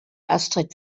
astrid